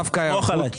דווקא ההיערכות,